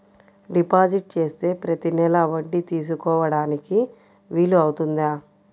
Deposit చేస్తే ప్రతి నెల వడ్డీ తీసుకోవడానికి వీలు అవుతుందా?